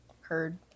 heard